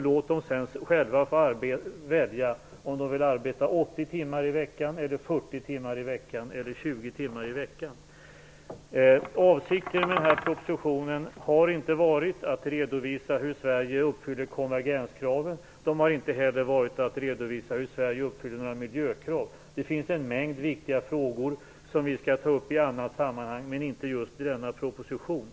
Låt dem sedan själva få välja om de vill arbeta 80 timmar i veckan, 40 timmar i veckan eller 20 timmar i veckan. Avsikten med den här propositionen har inte varit att redovisa hur Sverige uppfyller konvergenskraven. Den har heller inte varit att redovisa hur Sverige uppfyller några miljökrav. Det finns en mängd viktiga frågor, men dem skall vi ta upp i annat sammanhang och inte just i denna proposition.